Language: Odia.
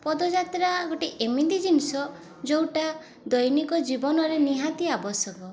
ପଦଯାତ୍ରା ଗୋଟେ ଏମିତି ଜିନିଷ ଯେଉଁଟା ଦୈନିକ ଜୀବନରେ ନିହାତି ଆବଶ୍ୟକ